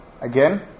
again